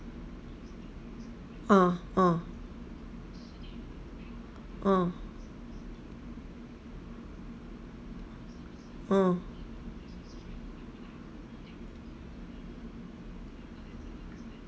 oh oh oh oh